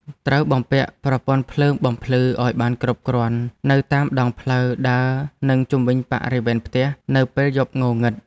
ត្រូវបំពាក់ប្រព័ន្ធភ្លើងបំភ្លឺឱ្យបានគ្រប់គ្រាន់នៅតាមដងផ្លូវដើរនិងជុំវិញបរិវេណផ្ទះនៅពេលយប់ងងឹត។